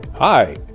Hi